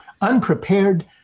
unprepared